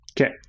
Okay